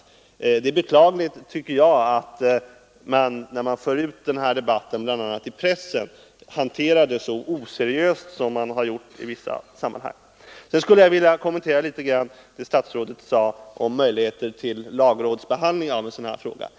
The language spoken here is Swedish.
Jag tycker det är beklagligt att man när man för ut den här debatten, bl.a. i pressen, hanterar den så oseriöst som man har gjort i vissa sammanhang. Sedan skulle jag vilja litet kommentera det statsrådet sade om lagrådsbehandling av en sådan här fråga.